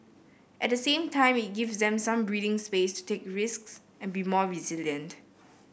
at the same time it gives them some breathing space to take risks and be more resilient